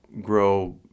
grow